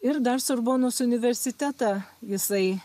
ir dar sorbonos universitetą jisai